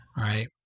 Right